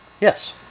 Yes